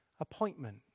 appointment